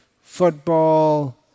football